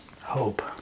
Hope